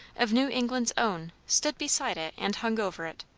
of new england's own, stood beside it and hung over it,